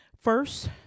First